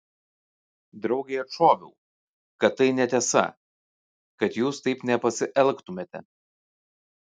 draugei atšoviau kad tai netiesa kad jūs taip nepasielgtumėte